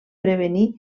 prevenir